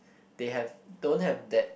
they have don't have that